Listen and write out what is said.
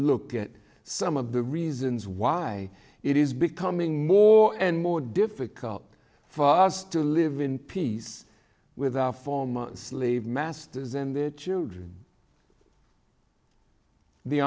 look at some of the reasons why it is becoming more and more difficult for us to live in peace with our four months leave masters and their children the